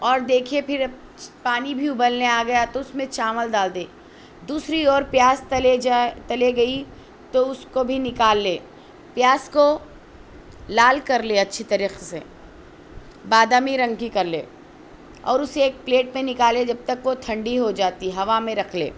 اور دیکھیے پھر پانی بھی ابلنے آ گیا تو اس میں چاول دال دے دوسری اور پیاز تلے جائے تلے گئی تو اس کو بھی نکال لے پیاز کو لال کر لے اچھی طریقے سے بادامی رنگ کی کر لے اور اسے ایک پلیٹ میں نکالے جب تک وہ ٹھنڈی ہو جاتی ہوا میں رکھ لے